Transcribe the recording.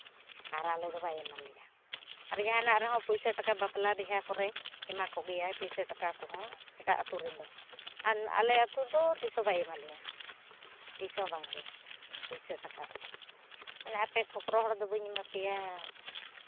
ᱟᱨ ᱟᱞᱮ ᱫᱚ ᱵᱟᱭ ᱮᱢᱟ ᱞᱮᱭᱟ ᱟᱨ ᱡᱟᱦᱟᱱᱟᱜ ᱨᱮᱦᱚᱸ ᱯᱚᱭᱥᱟ ᱴᱟᱠᱟ ᱵᱟᱯᱞᱟ ᱵᱤᱦᱟᱹ ᱠᱚᱨᱮ ᱮᱢᱟ ᱠᱚᱜᱮᱭᱟᱭ ᱯᱚᱭᱥᱟ ᱴᱟᱠᱟ ᱠᱚᱦᱚᱸ ᱮᱴᱟᱜ ᱟᱹᱛᱩ ᱨᱮᱱ ᱫᱚ ᱟᱨ ᱟᱞᱮ ᱟᱹᱛᱩ ᱫᱚ ᱛᱤᱥ ᱦᱚᱸ ᱵᱟᱭ ᱮᱢᱟ ᱞᱮᱭᱟ ᱛᱤᱥᱦᱚᱸ ᱵᱟᱝᱜᱮ ᱯᱚᱭᱥᱟ ᱴᱟᱠᱟ ᱦᱚᱸ ᱢᱮᱱᱟᱭ ᱟᱯᱮ ᱠᱷᱚᱠᱨᱚ ᱦᱚᱲᱫᱚ ᱵᱟᱹᱧ ᱮᱢᱟ ᱯᱮᱭᱟ